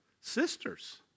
Sisters